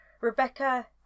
Rebecca